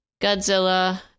Godzilla